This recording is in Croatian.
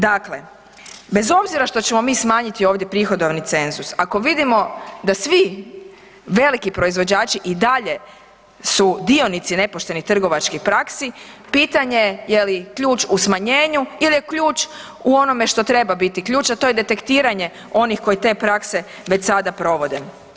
Dakle, bez obzira što ćemo mi smanjiti ovdje prihodovni cenzus, ako vidimo da svi veliki proizvođači i dalje su dionici nepoštenih trgovačkih praksi, pitanje li ključ u smanjenju ili je ključ u onome što treba biti ključ a to je detektiranje onih koji te prakse već sada provode.